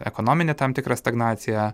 ekonominė tam tikra stagnacija